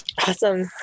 Awesome